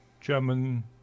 German